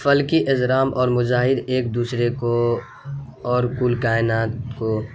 پھل کی اضرام اور مجاہد ایک دوسرے کو اور کل کائنات کو